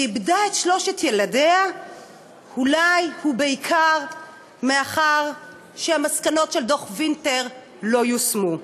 היא איבדה את שלושת ילדיה אולי ובעיקר מאחר שמסקנות דוח וינטר לא יושמו.